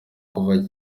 kuva